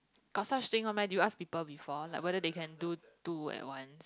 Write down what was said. got such thing one meh do you ask people before like whether they can do two at one